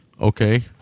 okay